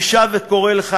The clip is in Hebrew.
אני שב וקורא לך,